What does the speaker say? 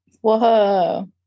Whoa